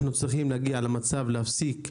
אנחנו צריכים להגיע למצב שבו מפסיקים